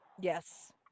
Yes